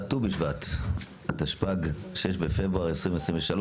התשפ"ג 6 בפברואר 2023,